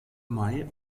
mai